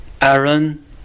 Aaron